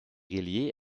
relié